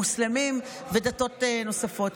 מוסלמים ודתות נוספות.